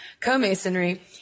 co-masonry